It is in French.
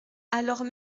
alors